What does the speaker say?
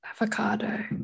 Avocado